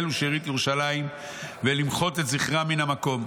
ושארית ירושלים ולמחות את זכרם מן המקום".